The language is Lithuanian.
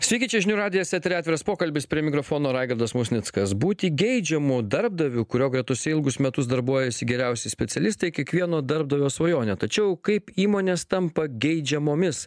sveiki čia žinių radijas etery atviras pokalbis prie mikrofono raigardas musnickas būti geidžiamu darbdaviu kurio gretose ilgus metus darbuojasi geriausi specialistai kiekvieno darbdavio svajonė tačiau kaip įmonės tampa geidžiamomis